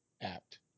apt